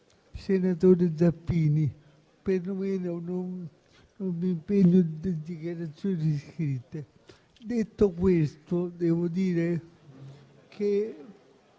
senatore Zaffini. Perlomeno non vi impegno con dichiarazioni scritte. Detto questo, devo affermare